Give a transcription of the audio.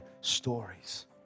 stories